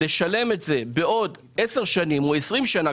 כך שהוא ישלם את זה בעוד עשר שנים או עשרים שנה,